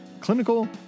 clinical